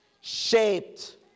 shaped